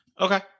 Okay